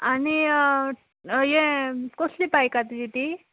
आनी हें कसली बायक आसा तुजी ती